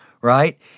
right